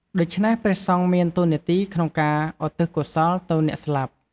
ដូច្នេះព្រះសង្ឃមានតួនាទីក្នុងការឧទ្ទិសកុសលទៅអ្នកស្លាប់។